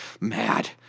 mad